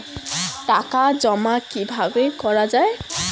টাকা জমা কিভাবে করা য়ায়?